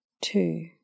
two